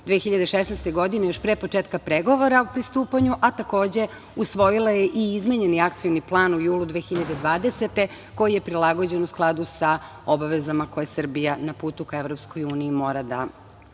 2016. godine, još pre početka pregovora o pristupanju, a takođe usvojila je i izmenjeni Akcioni plan u julu 2020. godine koji je prilagođen u skladu sa obavezama koje Srbija na putu na EU mora da